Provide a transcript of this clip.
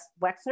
Wexner